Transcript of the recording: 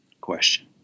question